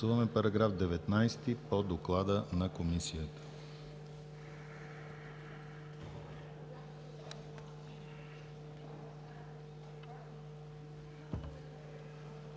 Параграф 50 по доклада на Комисията